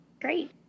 Great